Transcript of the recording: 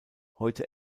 heute